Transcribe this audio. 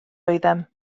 oeddem